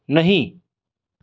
नहीं